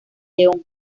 león